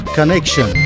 Connection